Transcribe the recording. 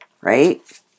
right